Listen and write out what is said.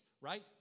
right